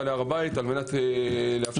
להר הבית על מנת לאפשר את התפילות.